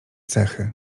cechy